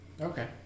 Okay